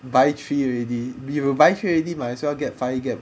by three already you buy three already might as well get five get